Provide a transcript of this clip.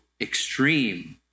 extreme